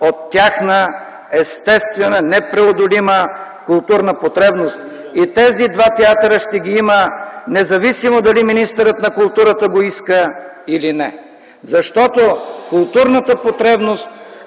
от тяхна естествена, непреодолима културна потребност. Тези два театъра ще ги има, независимо дали министърът на културата го иска или не, защото културната потребност